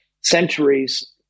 centuries